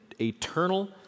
eternal